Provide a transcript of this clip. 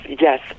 yes